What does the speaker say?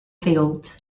field